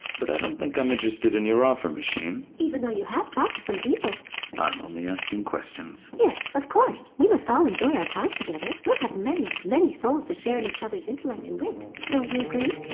but i don't think i'm interested in your offer, machine even though you have talked to some people i'm only asking questions yes, of course. we must all enjoy our time together. we'll have many, many sols to share in each other's intellect and wit don't you agree?